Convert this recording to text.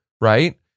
right